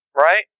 right